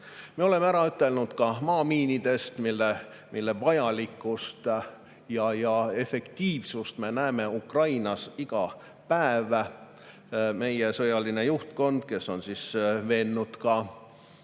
Me oleme ära ütelnud ka maamiinidest, mille vajalikkust ja efektiivsust me näeme Ukrainas iga päev. Meie sõjaline juhtkond, kes on veennud ka